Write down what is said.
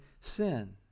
sin